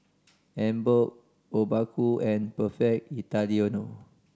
Emborg Obaku and Perfect Italiano